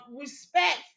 respect